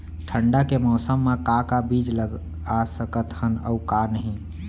ठंडा के मौसम मा का का बीज लगा सकत हन अऊ का नही?